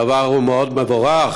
הדבר הוא מאוד מבורך,